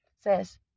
says